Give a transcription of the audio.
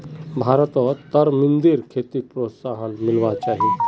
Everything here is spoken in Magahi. भारतत तरमिंदेर खेतीक प्रोत्साहन मिलवा चाही